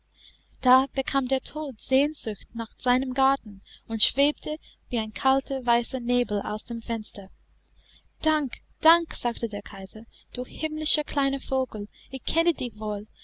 da bekam der tod sehnsucht nach seinem garten und schwebte wie ein kalter weißer nebel aus dem fenster dank dank sagte der kaiser du himmlischer kleiner vogel ich kenne dich wohl